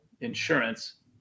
insurance